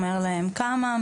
אומר להם כמה,